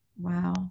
Wow